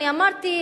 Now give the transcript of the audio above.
אני אמרתי,